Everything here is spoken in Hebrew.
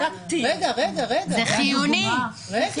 זה חומר רלוונטי.